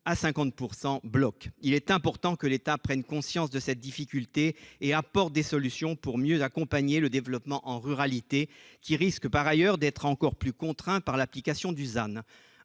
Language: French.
des travaux. Il convient que l'État prenne conscience de cette difficulté et apporte des solutions pour mieux accompagner le développement en ruralité, qui risque par ailleurs d'être encore plus contraint avec l'application du «